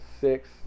six